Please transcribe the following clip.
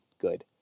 good